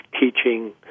teaching